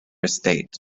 estate